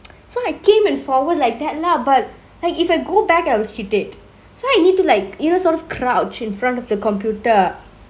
so I came and forward like that lah but like if I go back I will hit it so I need to like you know sort of crouch in front of the computer